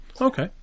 okay